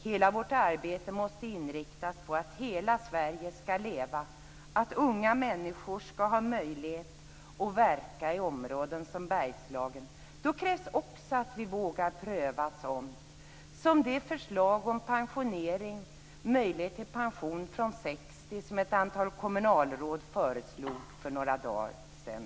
Hela vårt arbete måste inriktas på att hela Sverige skall leva. Unga människor skall ha möjlighet att verka i områden som Bergslagen. Då krävs det också att vi vågar pröva sådant som det förslag om möjlighet till pension från 60 år som ett antal kommunalråd kom med för några dagar sedan.